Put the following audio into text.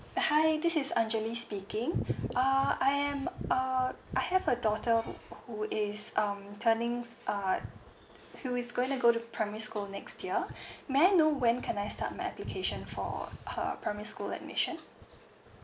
hi this is angelie speaking uh I am uh I have a daughter w~ who is um turning uh who's going to go to primary school next year may I know when can I start my application for her primary school admission